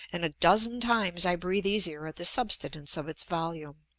and a dozen times i breathe easier at the subsidence of its volume.